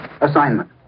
assignment